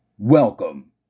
Welcome